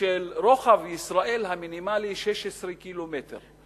שרוחב ישראל המינימלי הוא 16 ק"מ,